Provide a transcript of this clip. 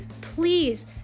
please